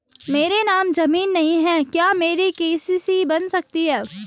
मेरे नाम ज़मीन नहीं है क्या मेरी के.सी.सी बन सकती है?